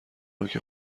نوک